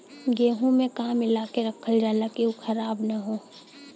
गेहूँ में का मिलाके रखल जाता कि उ खराब न हो?